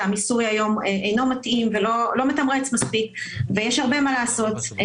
המיסוי היום אינו מתאים ולא מתמרץ מספיק ויש הרבה מה לעשות.